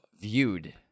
viewed